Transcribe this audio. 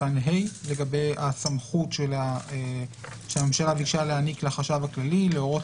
לגבי הסמכות שהממשלה ביקשה להעניק לחשב הכללי להורות